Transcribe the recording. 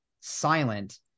silent